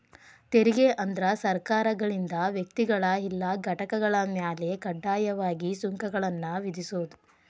ತೆರಿಗೆ ಅಂದ್ರ ಸರ್ಕಾರಗಳಿಂದ ವ್ಯಕ್ತಿಗಳ ಇಲ್ಲಾ ಘಟಕಗಳ ಮ್ಯಾಲೆ ಕಡ್ಡಾಯವಾಗಿ ಸುಂಕಗಳನ್ನ ವಿಧಿಸೋದ್